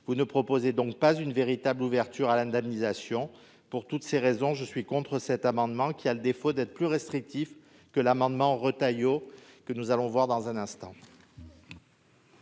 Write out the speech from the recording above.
Vous ne prévoyez donc pas une véritable ouverture à l'indemnisation. Pour toutes ces raisons, je suis contre ces amendements identiques, dont le défaut est d'être plus restrictifs que l'amendement Retailleau que nous allons examiner.